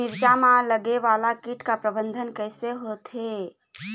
मिरचा मा लगे वाला कीट के प्रबंधन कइसे होथे?